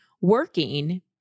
working